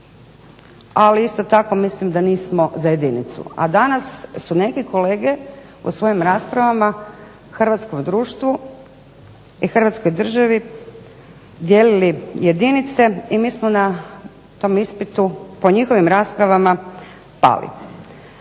ali isto tako mislim da nismo za jedinicu, a danas su neki kolege u svojim raspravama hrvatskom društvu i Hrvatskoj državi dijelili jedinice i mi smo na tom ispitu po njihovim raspravama pali.